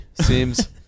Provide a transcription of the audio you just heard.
seems